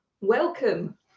welcome